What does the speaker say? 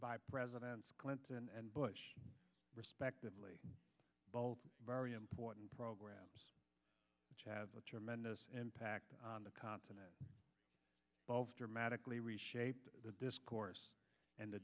by president clinton and bush respectively both very important programs which have a tremendous impact on the continent both dramatically reshaped the discourse and the